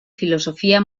filosofía